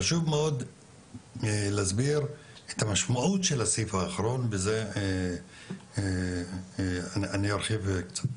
חשוב מאוד להסביר את המשמעות של הסעיף האחרון ועל זה אני ארחיב קצת.